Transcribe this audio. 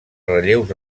relleus